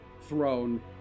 throne